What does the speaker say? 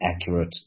accurate